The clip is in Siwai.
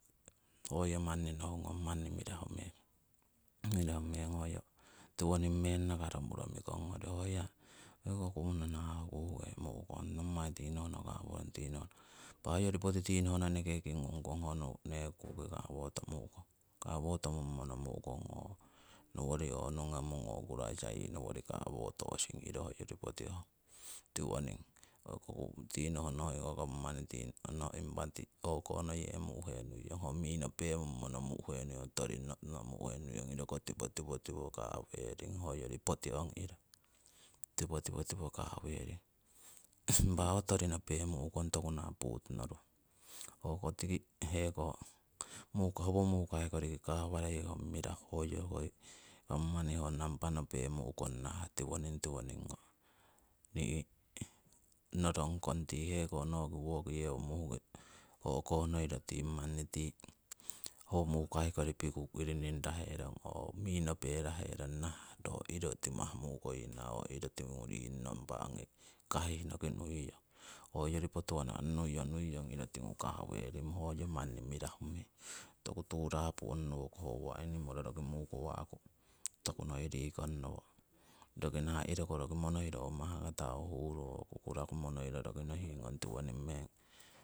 Hoyo manni nohungnong manni mirahu meng, mirahu meng hoyo tiwoning meng nakaromuro mikong ngori ho hia hoiko kupuna naha kuukemuhkong nommai tinohno kaworokong, impah hoi yori poti tinohno eneke king ngung kong ho nekukuki kawotomuhkong kawotomumo nomuhkong nowori ho nugnamong yii kuraisa yii kawootosing iro hoi yori poti ong tiwoning. Tinohno impah hoiko gapmani o'ko ngoyemuh henuiyong nopummo noh hetong ho tori iroko tipo tipo tipo kaweering hoi yori poti ong iro tipo tipo tipo kaweering. Impa ho tori nopemuh henuiyong toku nah puutonoruho hoko tiki heko howo mukai kori kawarei ho mirahu hoi yo hoi gapmani ho namba nopemuhkong nahah tiwoning tiwoning norongkong tii heko woki yewo muhkii hohkognoiro tii heko howo muukai kori piiku kirining ngaherong hoo mi noperaherong naha ro iro timah muukoyeena or tingu ring ongi kaahihnoki nuiyong, hoyori potuwana iro tingu kaweering hoyo manni mirahu meng toku tuurapu ong nowokoh animal roki muukawahku tokunoi riikong roki nah iroko monoiro uwa mahkata yii huru oo kukuraku monoiro nohing ong tiwoning meng